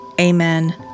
amen